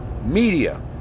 media